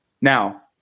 Now